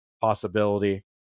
possibility